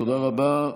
תודה רבה.